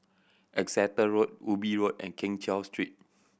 Exeter Road Ubi Road and Keng Cheow Street